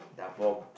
they're bomb